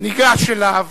ניגש אליו